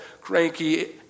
cranky